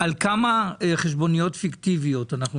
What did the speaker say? כמה חשבוניות פיקטיבית אנחנו מדברים.